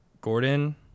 Gordon